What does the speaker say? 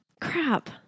Crap